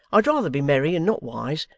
i'd rather be merry and not wise,